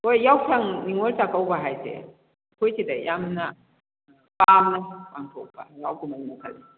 ꯍꯣꯏ ꯌꯥꯎꯁꯪ ꯅꯤꯉꯣꯜ ꯆꯥꯀꯧꯕ ꯍꯥꯏꯁꯦ ꯑꯩꯈꯣꯏ ꯁꯤꯗ ꯌꯥꯝꯅ ꯄꯥꯝꯅ ꯄꯥꯡꯊꯣꯛꯄ ꯍꯔꯥꯎ ꯀꯨꯝꯍꯩ ꯃꯈꯜꯅꯤ